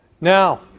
Now